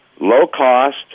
low-cost